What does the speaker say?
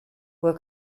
were